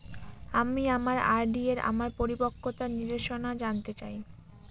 আমি আমার আর.ডি এর আমার পরিপক্কতার নির্দেশনা জানতে চাই